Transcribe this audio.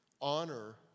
honor